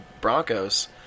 Broncos